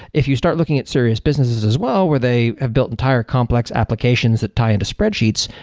if you start looking at serious businesses as well where they have built entire complex applications that tie into spreadsheets,